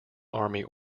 army